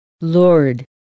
Lord